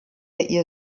ihr